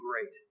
great